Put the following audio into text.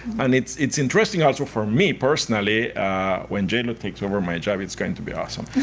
and it's it's interesting, also, for me, personally when j lo takes over my job, it's going to be awesome.